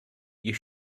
you